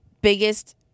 biggest